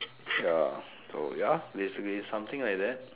sure so ya basically something like that